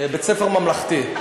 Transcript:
בית-ספר ממלכתי.